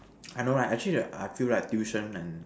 I know right actually I feel right tuition and